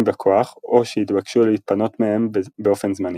בכוח או שהתבקשו להתפנות מהם באופן זמני.